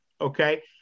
okay